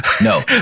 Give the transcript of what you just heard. No